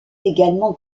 également